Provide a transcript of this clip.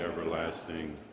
everlasting